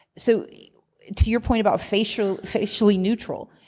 so to your point about facially facially neutral.